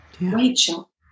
Rachel